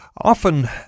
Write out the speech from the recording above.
Often